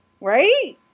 Right